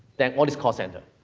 than all these call centers.